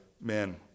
men